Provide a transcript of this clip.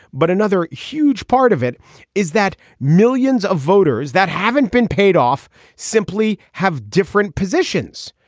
but another huge part of it is that millions of voters that haven't been paid off simply have different positions.